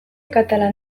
katalan